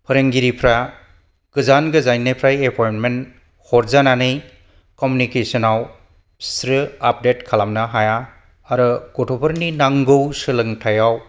फोरोंगिरिफ्रा गोजान गोजाननिफ्राय एपइन्टमेन्ट हरजानानै कमिउनिकेशनाव बिसोरो आपडेट खालामनो हाया आरो गथ'फोरनि नांगौ सोलोंथाइयाव